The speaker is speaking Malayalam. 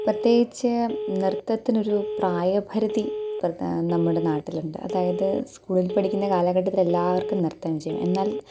പ്രത്യേകിച്ച് നൃത്തത്തിന് ഒരു പ്രായപരിധി നമ്മുടെ നാട്ടിലുണ്ട് അതായത് സ്കൂളിൽ പഠിക്കുന്ന കാലഘട്ടത്തിൽ എല്ലാവർക്കും നൃത്തം ചെയ്യാം എന്നാൽ